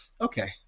okay